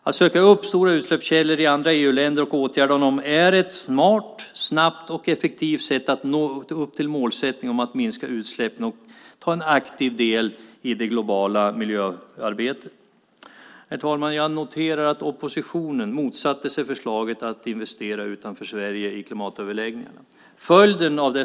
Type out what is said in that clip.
Att söka upp stora utsläppskällor i andra EU-länder och åtgärda dem är ett smart, snabbt och effektivt sätt att nå upp till målsättningen att minska utsläppen och ta en aktiv del i det globala miljöarbetet. Herr talman! Jag noterar att oppositionen motsatte sig förslaget att investera utanför Sverige i klimatöverläggningarna.